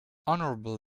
honorable